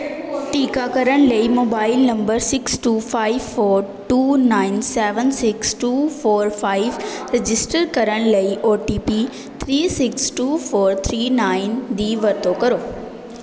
ਟੀਕਾਕਰਨ ਲਈ mobile number six two five four two nine seven six two four five register ਕਰਨ ਲਈ O T P three six two four three nine ਦੀ ਵਰਤੋਂ ਕਰੋ